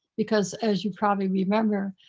because as you probably remember,